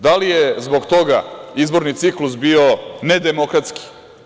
Da li je zbog toga izborni ciklus bio nedemokratski?